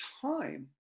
time